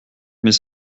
mais